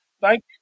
thank